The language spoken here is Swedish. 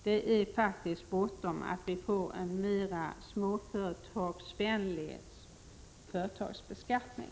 Det brådskar faktiskt med att få en mer småföretagsvänlig beskattning.